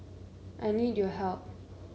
I need your help